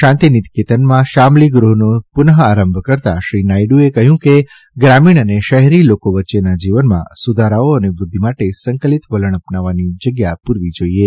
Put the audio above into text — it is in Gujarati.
શાંતિનિકેતનમાં શ્યામલી ગૃહનો પુનઃઆરંભ કરતાં શ્રી નાથડુએ કહ્યું કે ગ્રામીણ અને શહેરી લોકો વચ્ચેના જીવનમાં સુધારાઓ અને વૃદ્ધિ માટે સંકલિત વલણ અપનાવીને જગ્યા પૂરવી જાઇએ